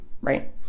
right